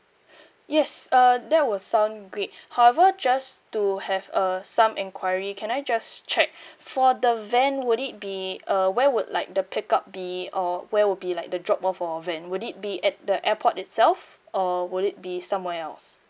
yes uh that will sound great however just to have uh some enquiry can I just check for the van would it be uh where would like the pick up be or where would be like the drop off for our van would it be at the airport itself or would it be somewhere else